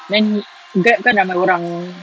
then grab kan ramai orang